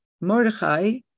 Mordechai